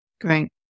Great